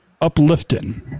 uplifting